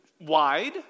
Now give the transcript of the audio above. wide